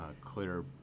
clear